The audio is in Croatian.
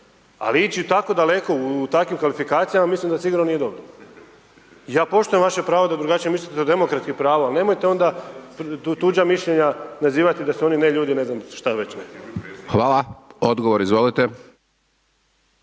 ali ići tako daleko u takvim kvalifikacijama mislim da sigurno nije dobro. I ja poštujem vaše pravo da drugačije mislite do demokratskih prava ali nemojte onda tuđa mišljenja nazivati da su oni neljudi ili ne znam šta već ne. **Hajdaš Dončić,